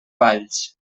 valls